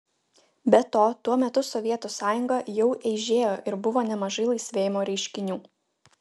be to tuo metu sovietų sąjunga jau eižėjo ir buvo nemažai laisvėjimo reiškinių